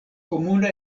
komuna